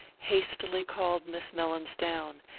hastily called miss mellins down,